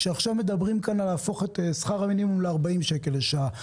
ועכשיו מדברים על להפוך את שכר המינימום ל-40 שקל לשעה.